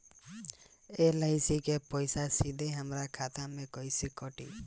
LIC के पईसा सीधे हमरा खाता से कइसे कटी?